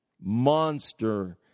monster